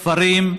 כפרים,